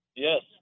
Yes